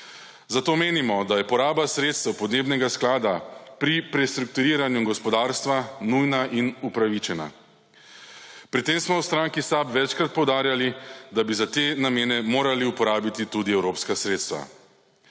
Zato menimo, da je poraba sredstev podnebnega sklada pri prestrukturiranju gospodarstva nujna in upravičena. Pri tem smo v stranki SAB večkrat poudarjali, da bi za te namene morali uporabiti tudi evropska sredstva.